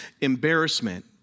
embarrassment